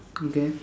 okay